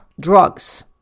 drugs